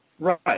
Right